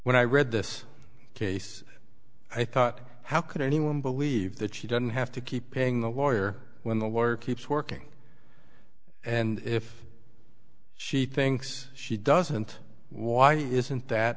when i read this case i thought how could anyone believe that she doesn't have to keep paying the lawyer when the work keeps working and if she thinks she doesn't why isn't that